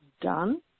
done